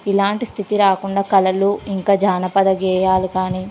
ఇలాంటి స్థితి రాకుండా కళలు ఇంకా జానపద గేయాలు కానీ